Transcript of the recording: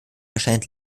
erscheint